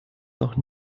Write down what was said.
noch